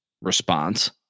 response